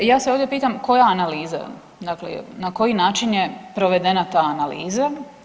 Ja se ovdje pitam, koja analiza, dakle na koji način je provedena ta analiza?